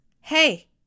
Hey